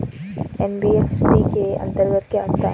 NBFC के अंतर्गत क्या आता है?